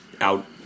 out